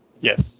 Yes